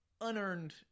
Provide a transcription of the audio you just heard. unearned